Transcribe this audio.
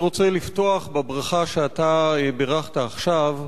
אני רוצה לפתוח בברכה שאתה בירכת עכשיו.